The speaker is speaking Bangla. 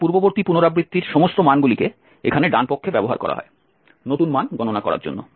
সুতরাং পূর্ববর্তী পুনরাবৃত্তির সমস্ত মানগুলিকে এখানে ডানপক্ষে ব্যবহার করা হয় নতুন মান গণনা করার জন্য